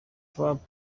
trans